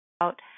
out